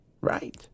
Right